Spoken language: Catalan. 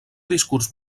discurs